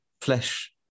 flesh